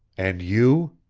and you?